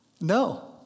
No